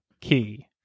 key